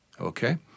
Okay